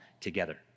together